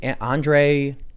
Andre